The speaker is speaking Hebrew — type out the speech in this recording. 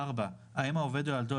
(4)האם העובד או ילדו,